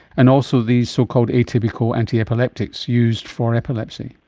and also the so-called atypical antiepileptics used for epilepsy.